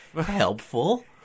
helpful